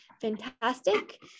fantastic